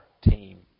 team